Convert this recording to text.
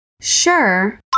Sure